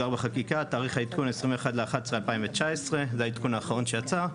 21 בנובמבר 2019, שזה העדכון האחרון שיצא.